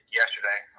yesterday